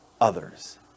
others